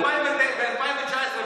ב-2019,